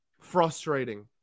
frustrating